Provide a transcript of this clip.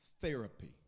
therapy